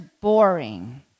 boring